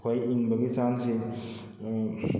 ꯑꯩꯈꯣꯏ ꯏꯪꯕꯒꯤ ꯆꯥꯡꯁꯤ